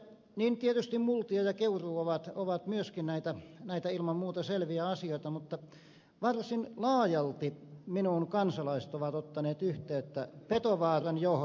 tietysti multia ja keuruu ovat myöskin näitä ilman muuta selviä asioita mutta varsin laajalti minuun kansalaiset ovat ottaneet yhteyttä petovaaran johdosta